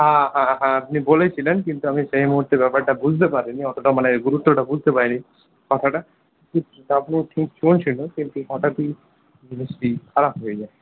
হ্যাঁ হ্যাঁ হ্যাঁ আপনি বলেছিলেন কিন্তু আমি সেই মুহূর্তে ব্যাপারটা বুঝতে পারিনি অতটা মানে গুরুত্বটা বুঝতে পারিনি কথাটা আপনি ঠিক চলছিল কিন্তু হঠাৎই জিনিসটি খারাপ হয়ে যায়